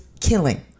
Killing